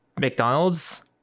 McDonald's